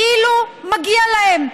כאילו מגיע להם.